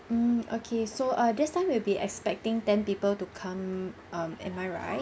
mm okay so err this time will be expecting ten people to come um am I right